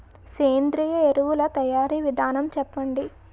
సేంద్రీయ ఎరువుల తయారీ విధానం చెప్పండి?